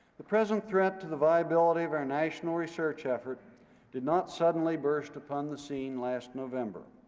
the present threat to the viability of our national research effort did not suddenly burst upon the scene last november.